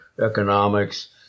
economics